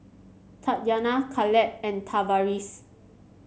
Tatyanna Kaleb and Tavaris